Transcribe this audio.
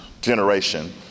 generation